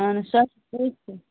اَہَن حظ سۄ